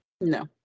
No